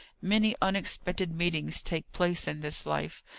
many unexpected meetings take place in this life.